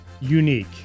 unique